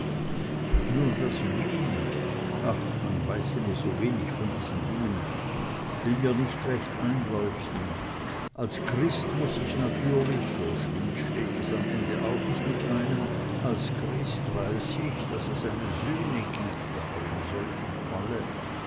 das wie ach man weiß immer sowenig von diesen dingen will mir nicht recht einleuchten als christ weiß ich natürlich so schlimm steht es am ende auch nicht mit einem als christ weiß ich daß es eine sühne gibt aber in solchem falle